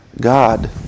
God